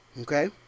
okay